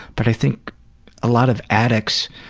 but i think a lot of addicts